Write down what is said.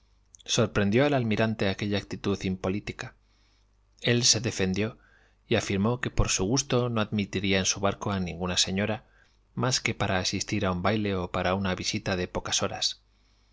sorprendió al almirante aquella actitud impolítica el se defendió y afirmó que por su gusto no admitiría en su barco a ninguna señora más que para asistir a un baile o para una visita de pocas horas